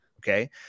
Okay